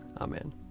Amen